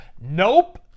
nope